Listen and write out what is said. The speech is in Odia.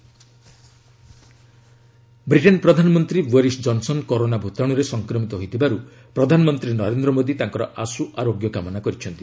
ପିଏମ୍ ବ୍ରିଟିଶ୍ ପିଏମ୍ ବ୍ରିଟେନ୍ ପ୍ରଧାନମନ୍ତ୍ରୀ ବୋରିଶ ଜନ୍ସନ୍ କରୋନା ଭୂତାଣୁରେ ସଂକ୍ରମିତ ହୋଇଥିବାରୁ ପ୍ରଧାନମନ୍ତ୍ରୀ ନରେନ୍ଦ୍ର ମୋଦୀ ତାଙ୍କର ଆଶୁଅରୋଗ୍ୟ କାମନା କରିଛନ୍ତି